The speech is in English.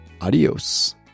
Adios